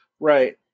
Right